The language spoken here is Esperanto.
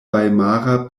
vajmara